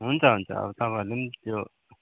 हुन्छ हुन्छ अब तपाईँहरूले पनि त्यो